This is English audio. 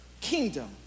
kingdom